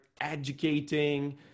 educating